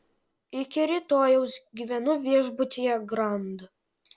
iki rytojaus gyvenu viešbutyje grand